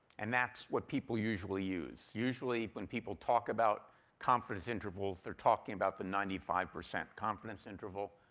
and that's what people usually use. usually when people talk about confidence intervals, they're talking about the ninety five percent confidence interval.